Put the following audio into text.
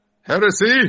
Heresy